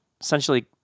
essentially